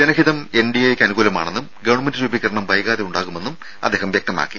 ജനഹിതം എൻഡിഎക്ക് അനുകൂലമാണെന്നും ഗവൺമെന്റ് രൂപീകരണം വൈകാതെ ഉണ്ടാകുമെന്നും അദ്ദേഹം വ്യക്തമാക്കി